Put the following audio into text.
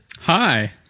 Hi